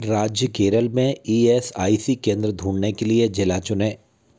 राज्य केरल में E S I C केंद्र ढूँढने के लिए ज़िला चुनें